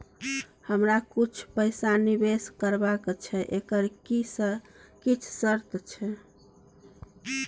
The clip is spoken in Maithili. हमरा कुछ पैसा निवेश करबा छै एकर किछ शर्त छै?